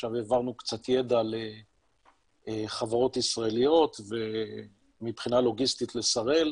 עכשיו העברנו קצת ידע לחברות ישראליות ומבחינה לוגיסטית לשראל,